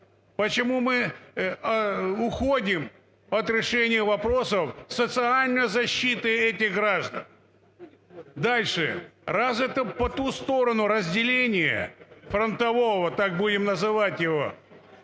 Дальше. Раз это по ту сторону разделение фронтового, так будем называть его,